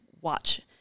watch